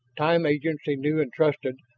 time agents he knew and trusted,